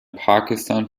pakistan